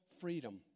freedom